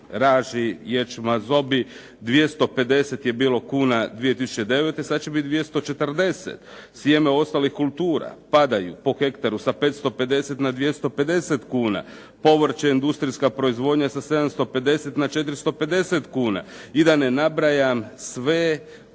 raži, ječma, zobi 250 je bilo kuna 2009. sada će biti 240. Sjeme ostalih kultura padaju po hektaru sa 550 na 250 kuna, povrće, industrijska proizvodnja sa 750 na 450 kuna i da ne nabrajam sve